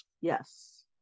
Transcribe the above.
Yes